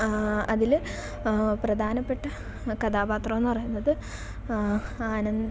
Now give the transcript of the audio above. ആ അതിൽ പ്രധാനപ്പെട്ട കഥാപാത്രമെന്നു പറയുന്നത് ആനന്ദ്